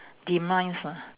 demise ah